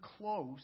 close